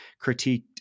critiqued